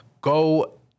go